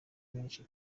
benshi